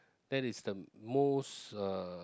that is the most uh